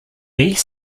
east